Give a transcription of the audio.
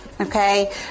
okay